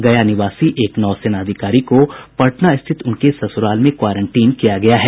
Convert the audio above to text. गया निवासी एक नौसेना अधिकारी को पटना स्थित उनके ससुराल में क्वारंटीन किया गया है